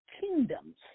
kingdoms